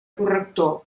corrector